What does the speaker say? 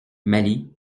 mali